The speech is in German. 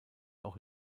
auch